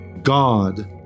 God